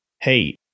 Hey